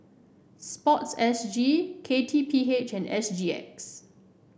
sports S G K T P H and S G X